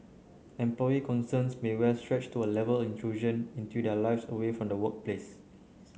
employee concerns may well stretch to A Level intrusion into their lives away from the workplace